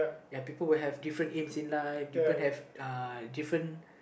ya people will have different aims in life people will have uh different